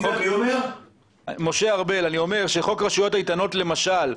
חוק רשויות איתנות, למשל,